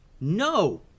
No